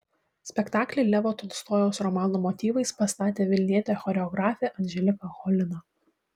spektaklį levo tolstojaus romano motyvais pastatė vilnietė choreografė anželika cholina